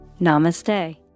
Namaste